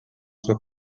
soit